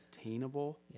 attainable